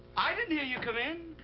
i didn't hear you come in.